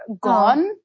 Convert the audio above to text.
gone